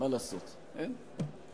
מה לעשות, אין.